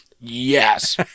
Yes